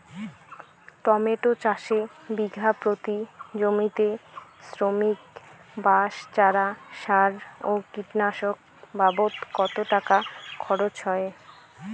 Tomato চাষে বিঘা প্রতি জমিতে শ্রমিক, বাঁশ, চারা, সার ও কীটনাশক বাবদ কত টাকা খরচ হয়?